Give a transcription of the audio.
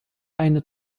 eine